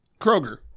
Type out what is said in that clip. Kroger